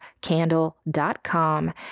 Candle.com